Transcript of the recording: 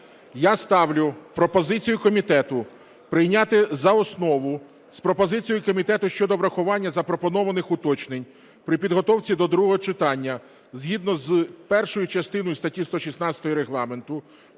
Я ставлю пропозицію комітету прийняти за основу з пропозицією комітету щодо врахування запропонованих уточнень при підготовці до другого читання згідно з першою частиною статті 116 Регламенту